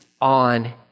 on